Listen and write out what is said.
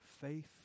faith